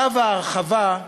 צו ההרחבה,